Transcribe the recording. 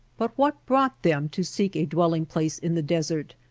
but what brought them to seek a dwelling place in the desert?